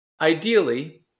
ideally